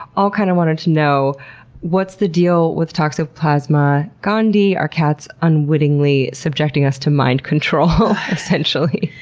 all kind of wanted to know what's the deal with toxoplasma gondii? are cats unwittingly subjecting us to mind control, essentially?